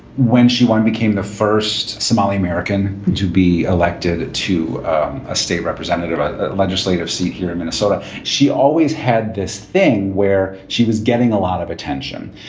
when she won, became the first somali american to be elected to a state representative, a legislative seat here in minnesota she always had this thing where she was getting a lot of attention.